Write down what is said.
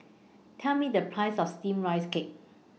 Tell Me The Price of Steamed Rice Cake